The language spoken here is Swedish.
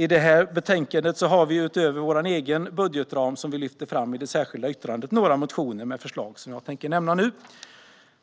I det här betänkandet har vi utöver vår egen budgetram, som vi lyfter fram i det särskilda yttrandet, några motioner med förslag som jag tänker nämna nu.